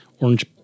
orange